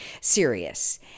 serious